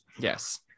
Yes